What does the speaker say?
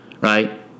right